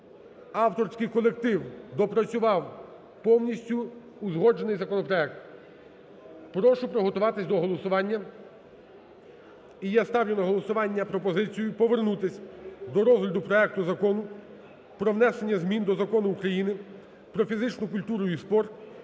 Авторський колектив доопрацював повністю узгоджений законопроект. Прошу приготуватись до голосування. І я ставлю на голосування пропозицію повернутись до розгляду проекту Закону про внесення змін до Закону України "Про фізичну культуру і спорт"